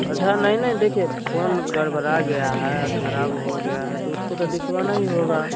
अच्छा नहीं नहीं देखिए फोन गड़बड़ा गया है और ख़राब हो गया है तो उसको तो दिखवाना होगा